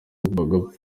bapfaga